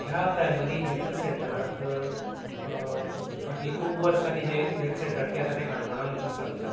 ह्या primary health सेंटराक फाटलीं खूब वर्सां जालीं हेल्थ सेंटर जें आसा काणकोणान बरी चलता